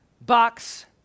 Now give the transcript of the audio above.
box